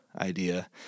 idea